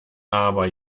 aber